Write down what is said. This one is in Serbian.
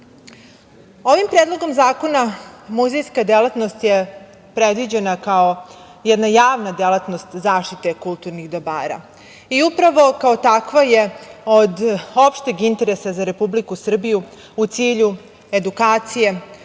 predlogom zakona muzejska delatnost je predviđena kao jedna javna delatnost zaštite kulturnih dobara. Upravo kao takva je od opšteg interesa za Republiku Srbiju u cilju edukacije,